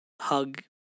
hug